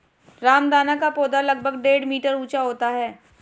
रामदाना का पौधा लगभग डेढ़ मीटर ऊंचा होता है